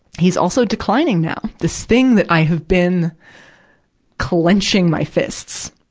he's also declining now. this thing that i have been clenching my fists,